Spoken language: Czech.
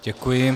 Děkuji.